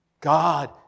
God